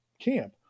camp